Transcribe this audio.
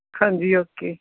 ਹਾਂਜੀ ਓਕੇ